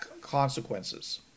consequences